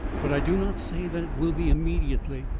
but i do not say that it will be immediately.